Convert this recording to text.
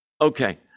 Okay